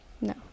No